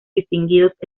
distinguidos